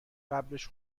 قبلش